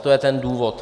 To je ten důvod.